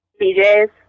DJs